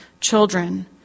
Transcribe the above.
children